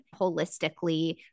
holistically